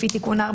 לפי תיקון 4,